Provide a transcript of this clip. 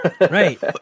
Right